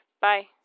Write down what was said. bye